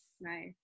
Nice